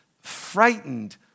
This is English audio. frightened